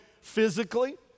physically